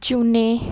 ਚੁਣੇ